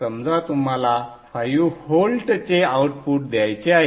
समजा तुम्हाला 5 व्होल्टचे आउटपुट द्यायचे आहे